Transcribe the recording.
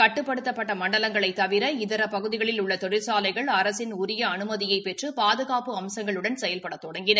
கட்டுப்படுத்தப்பட்ட மண்டலங்களைத் தவிர இதர பகுதிகளில் உள்ள தொழிற்சாலைகள் அரசின் உரிய அனுமதியை பெற்று பாதுகாப்பு அம்சங்களுடன் செயல்பட தொடங்கின